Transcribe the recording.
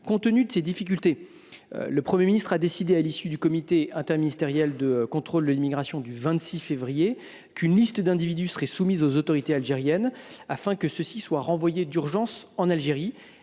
Compte tenu de ces difficultés, le Premier ministre a décidé, à l’issue de la réunion du comité interministériel de contrôle de l’immigration du 26 février dernier, qu’une liste d’individus serait soumise aux autorités algériennes, afin que ceux ci soient renvoyés d’urgence en Algérie,